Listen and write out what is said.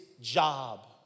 job